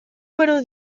maror